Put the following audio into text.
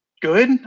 good